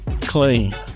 clean